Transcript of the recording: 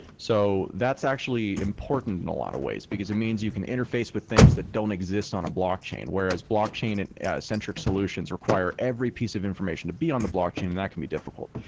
so that's that's actually important in a lot of ways, because it means you can interface with things that don't exist on a blockchain, whereas blockchain and and centric solutions require every piece of information to be on the blockchain, and that can be difficult.